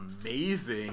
amazing